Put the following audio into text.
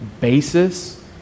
basis